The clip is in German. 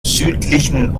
südlichen